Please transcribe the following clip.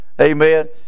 Amen